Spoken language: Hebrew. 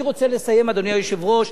אני רוצה לסיים, אדוני היושב-ראש.